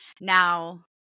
now